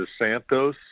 DeSantos